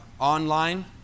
online